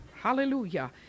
Hallelujah